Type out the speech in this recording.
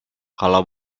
kalau